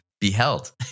beheld